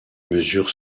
mesure